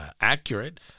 accurate